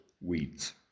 weeds